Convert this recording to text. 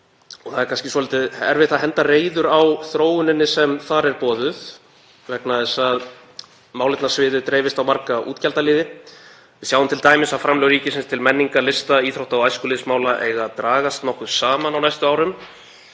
og það er kannski svolítið erfitt að henda reiður á þróuninni sem þar er boðuð vegna þess að málefnasviðið dreifist á marga útgjaldaliði. Við sjáum t.d. að framlög ríkisins til menningar, lista, íþrótta og æskulýðsmála eiga að dragast nokkuð saman á næstu árum